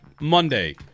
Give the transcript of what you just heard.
Monday